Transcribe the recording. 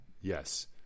Yes